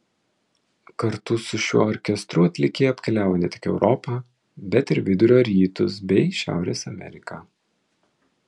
kartu su šiuo orkestru atlikėja apkeliavo ne tik europą bet ir vidurio rytus bei šiaurės ameriką